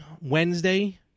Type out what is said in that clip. Wednesday